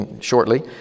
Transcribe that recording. shortly